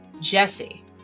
Jesse